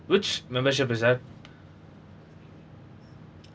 which membership is that